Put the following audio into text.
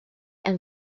and